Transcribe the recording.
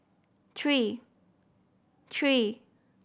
three three